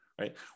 right